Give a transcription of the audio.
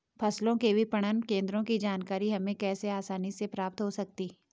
फसलों के विपणन केंद्रों की जानकारी हमें कैसे आसानी से प्राप्त हो सकती?